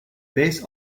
base